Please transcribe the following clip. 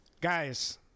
guys